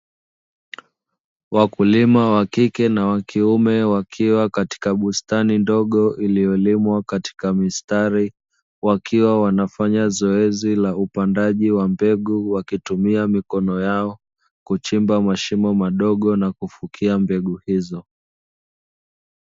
Wakulima wa kike na wakiume wakiwa katika bustani ndogo, iliolimwa katika mistari wakiwa wanafanya zoezi la upandaji wa mbegu wakitumia mikono yao kuchimba mashimo madogo na kufukia mbegu hizo.